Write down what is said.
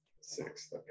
six